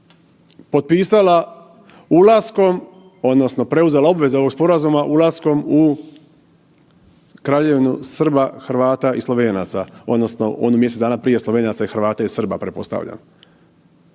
potpisala ulaskom odnosno preuzela obveze ovog sporazuma ulaskom u Kraljevinu Srba, Hrvata i Slovenaca odnosno onu mjesec dana prije Slovenaca, Hrvata i Srba pretpostavljam.